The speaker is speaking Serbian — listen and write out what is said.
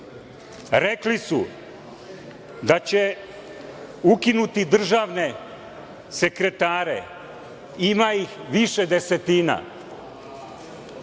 Rekli su da će ukinuti državne sekretare, a ima ih više desetina.